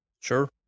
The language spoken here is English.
Sure